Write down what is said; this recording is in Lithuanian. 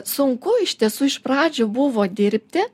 sunku iš tiesų iš pradžių buvo dirbti